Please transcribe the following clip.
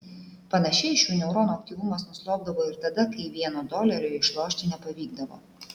panašiai šių neuronų aktyvumas nuslopdavo ir tada kai vieno dolerio išlošti nepavykdavo